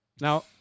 Now